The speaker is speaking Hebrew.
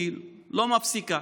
היא לא מפסיקה.